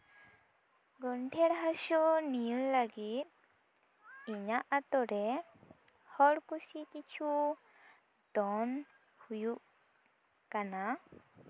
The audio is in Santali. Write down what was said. ᱜᱚᱱᱴᱷᱮᱲ ᱦᱟᱹᱥᱩ ᱱᱤᱭᱟᱹ ᱞᱟᱹᱜᱤᱫ ᱤᱧᱟᱜ ᱟᱛᱳᱨᱮ ᱦᱚᱲ ᱠᱩᱥᱤ ᱠᱤᱪᱷᱩ ᱫᱚᱢ ᱦᱩᱭᱩᱜ ᱠᱟᱱᱟ